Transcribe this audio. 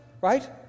right